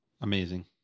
Amazing